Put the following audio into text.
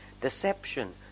Deception